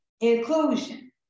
Inclusion